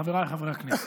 חבריי חברי הכנסת,